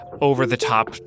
over-the-top